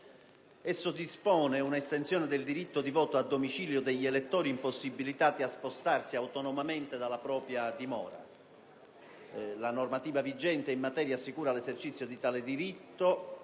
Esso dispone un'estensione del diritto di voto a domicilio degli elettori impossibilitati a spostarsi autonomamente dalla propria dimora. La normativa vigente in materia assicura l'esercizio di tale diritto